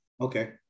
Okay